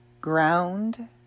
ground